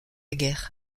guerre